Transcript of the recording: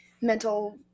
mental